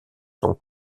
sont